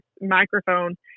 microphone